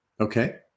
okay